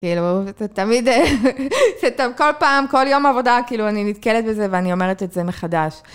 כאילו, תמיד, כל פעם, כל יום עבודה, כאילו, אני נתקלת בזה ואני אומרת את זה מחדש.